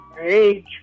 age